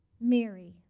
Mary